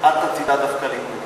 את עתידה דווקא להתנגד.